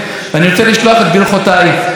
לשר החוץ בנימין נתניהו,